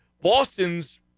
Boston's